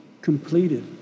completed